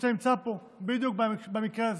שאתה נמצא פה בדיוק במקרה הזה.